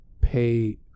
pay